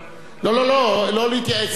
לא לא לא, לא להתייעץ כרגע.